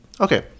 okay